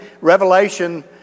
Revelation